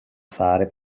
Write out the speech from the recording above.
fare